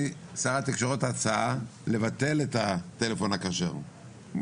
שר התקשורת הצעה לבטל את הטלפון הכשר,